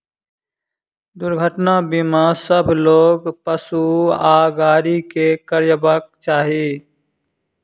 दुर्घटना बीमा सभ लोक, पशु आ गाड़ी के करयबाक चाही